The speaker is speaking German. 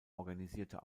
organisierte